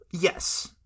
yes